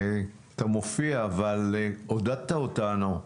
אתה מופיע אבל עודדת אותנו,